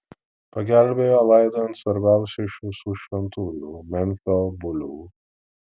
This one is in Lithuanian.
pagelbėjo laidojant svarbiausią iš visų šventųjų memfio bulių